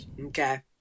Okay